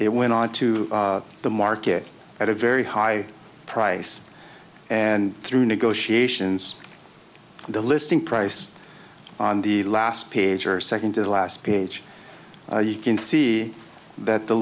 it went on to the market at a very high price and through negotiations the listing price on the last page or second to the last page you can see that the